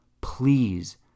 please